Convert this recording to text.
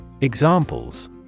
Examples